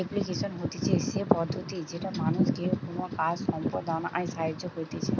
application হতিছে সে পদ্ধতি যেটা মানুষকে কোনো কাজ সম্পদনায় সাহায্য করতিছে